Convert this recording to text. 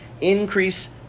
Increase